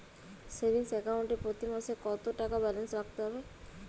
Savings account এ প্রতি মাসে কতো টাকা ব্যালান্স রাখতে হবে?